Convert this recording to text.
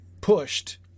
pushed